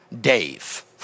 Dave